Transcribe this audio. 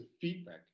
feedback